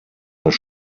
das